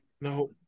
No